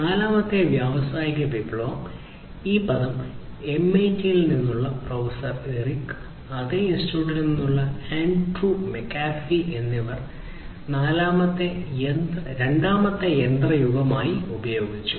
നാലാമത്തെ വ്യാവസായിക വിപ്ലവം ഈ പദം എംഐടിയിൽ നിന്നുള്ള പ്രൊഫസർ എറിക് അതേ ഇൻസ്റ്റിറ്റ്യൂട്ടിൽ നിന്നുള്ള ആൻഡ്രൂ മക്കാഫി എന്നിവർ രണ്ടാമത്തെ യന്ത്ര യുഗമായി ഉപയോഗിച്ചു